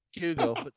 Google